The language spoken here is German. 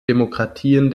demokratien